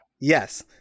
Yes